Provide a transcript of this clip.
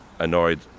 annoyed